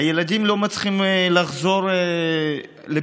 הילדים לא מצליחים לחזור לפעילות.